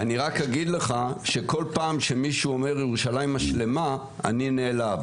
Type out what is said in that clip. אני רק אגיד לך שכל פעם שמישהו אומר ירושלים השלמה אני נעלב,